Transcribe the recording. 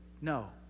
no